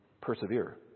persevere